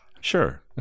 sure